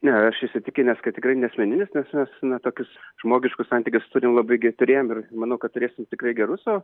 ne aš įsitikinęs kad tikrai ne asmeninis nes mes na tokius žmogiškus santykius turim labai turėjom ir manau kad turėsime tikrai gerus o